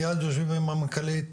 מיד יושבים עם המנכ"לית,